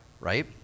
Right